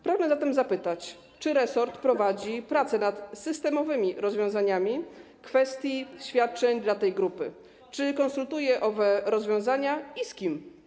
Pragnę zatem zapytać, czy resort prowadzi pracę nad systemowymi rozwiązaniami w kwestii świadczeń dla tej grupy, czy konsultuje owe rozwiązania i z kim.